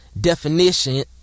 definition